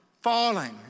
falling